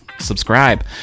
subscribe